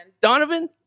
Donovan